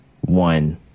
one